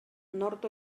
nord